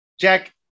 Jack